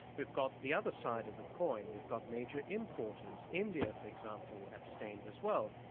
we've got the other side of the coin, we've got major importers. india, for example, abstained as well,